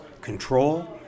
control